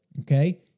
okay